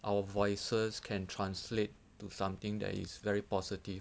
our voices can translate to something that is very positive